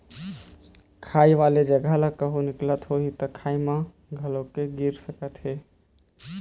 खाई वाले जघा ले कहूँ निकलत होही त खाई म घलोक गिर सकत हे